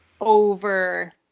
Over